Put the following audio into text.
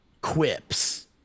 quips